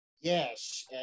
Yes